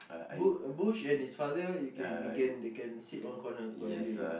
Bu~ Bush and his father they can they can they can sit one corner quietly